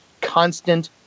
constant